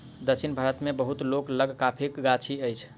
दक्षिण भारत मे बहुत लोक लग कॉफ़ीक गाछी अछि